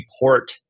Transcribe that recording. report